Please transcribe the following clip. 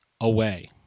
away